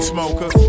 Smoker